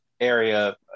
area